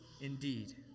indeed